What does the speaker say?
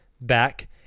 back